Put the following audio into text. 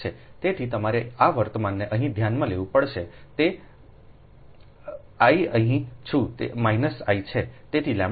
તેથી તમારે આ વર્તમાનને અહીં ધ્યાનમાં લેવું પડશે તે I અહીં છું તે માઈનસ I છે